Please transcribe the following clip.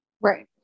Right